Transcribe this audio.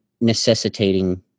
necessitating